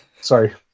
Sorry